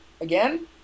again